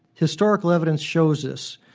historical evidence shows this.